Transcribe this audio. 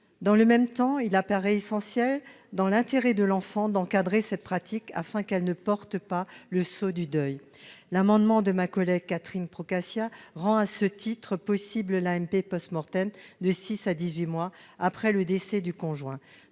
Dans le même temps, il paraît essentiel, dans l'intérêt de l'enfant, d'encadrer cette pratique, afin qu'elle ne porte pas le sceau du deuil. L'amendement de Catherine Procaccia tend à rendre possible l'AMP dans un délai de six à dix-huit mois après le décès du conjoint.